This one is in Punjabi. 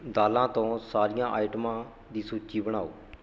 ਦਾਲਾਂ ਤੋਂ ਸਾਰੀਆਂ ਆਈਟਮਾਂ ਦੀ ਸੂਚੀ ਬਣਾਓ